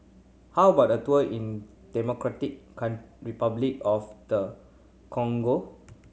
how about a tour in Democratic Republic of the Congo